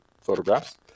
photographs